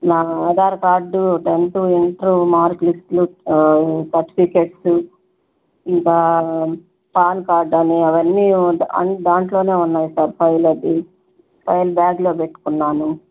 నా Aadhaar card tenth inter mark లిస్ట్లు certificates ఇంకా పాన్ కార్డ్ అవన్నీ దాంట్లోనే ఉన్నాయి సార్ ఫైల్ అది ఫైల్ బ్యాగ్లో పెట్టుకున్నాను